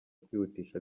kwihutisha